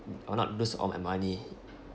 I will not lose all my money